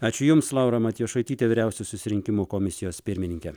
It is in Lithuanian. ačiū jums laura matijošaitytė vyriausiosios rinkimų komisijos pirmininkė